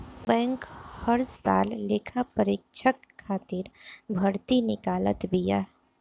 bank हर साल लेखापरीक्षक खातिर भर्ती निकालत बिया